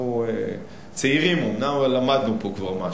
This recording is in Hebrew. אנחנו צעירים, אומנם, אבל למדנו פה כבר משהו.